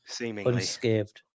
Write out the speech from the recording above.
unscathed